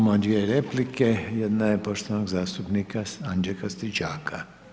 Imamo dvije replike, jedna je poštovanog zastupnika Anđelka Stričaka.